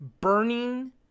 burning